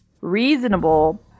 reasonable